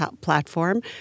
platform